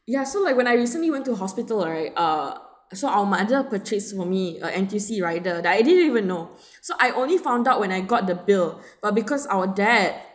ya so like when I recently went to hospital right uh so our mother purchased for me a N_T_U_C rider that I didn't even know so I only found out when I got the bill but because our dad